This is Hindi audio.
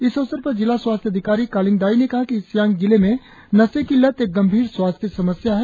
इस अवसर पर जिला स्वास्थ्य अधिकारी कालिंग दाई ने कहा कि ईस्ट सियांग में नशे की लत एक गंभीर स्वास्थ्य समस्या है